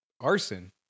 Arson